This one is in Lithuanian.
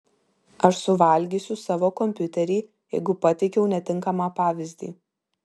aš suvalgysiu savo kompiuterį jeigu pateikiau netinkamą pavyzdį